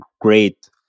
great